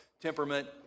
temperament